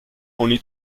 only